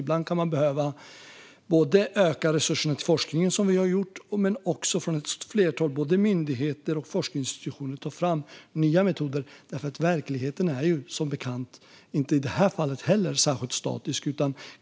Ibland kan man också behöva öka resurserna till forskningen, som vi har gjort, men också från ett flertal myndigheter och forskningsinstitutioner ta fram nya metoder, för verkligheten är som bekant inte, och inte i det här fallet heller, särskilt statisk.